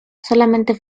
solamente